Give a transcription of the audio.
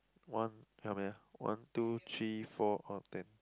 one how many ah one two three four all of them